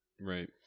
Right